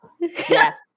Yes